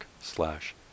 slash